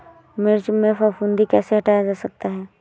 मिर्च में फफूंदी कैसे हटाया जा सकता है?